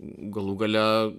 galų gale